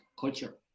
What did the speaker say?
culture